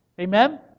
Amen